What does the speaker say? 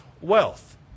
wealth